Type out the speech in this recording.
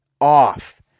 off